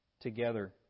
together